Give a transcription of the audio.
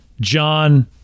john